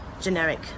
generic